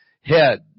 head